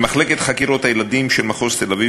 למחלקת חקירות הילדים של מחוז תל-אביב